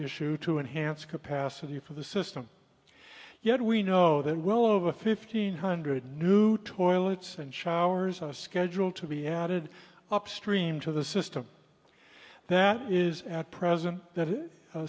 to enhance capacity for the system yet we know that well over fifteen hundred new toilets and showers are scheduled to be added upstream to the system that is at present